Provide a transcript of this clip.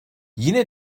yine